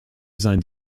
sein